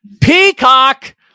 Peacock